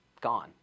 gone